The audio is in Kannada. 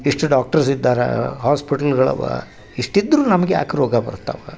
ಇಷ್ಟು ಡಾಕ್ಟರ್ಸ್ ಇದ್ದಾರಾ ಹಾಸ್ಪೆಟ್ಲ್ಗಳು ಅವಾ ಇಷ್ಟು ಇದ್ದರೂ ನಮ್ಗ ಯಾಕೆ ರೋಗ ಬರ್ತವ